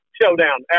showdown